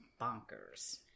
bonkers